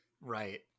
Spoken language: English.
Right